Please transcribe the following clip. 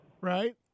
Right